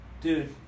dude